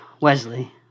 Wesley